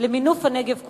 למינוף הנגב כולו.